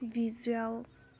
visual